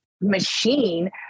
machine